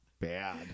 bad